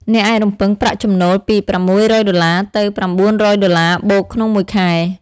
អ្នកអាចរំពឹងប្រាក់ចំណូលពី $600 ទៅ $900+ ក្នុងមួយខែ។